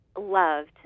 loved